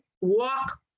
walk